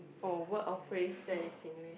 a word or phrase that is Singlish